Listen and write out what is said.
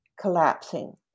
collapsing